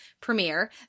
premiere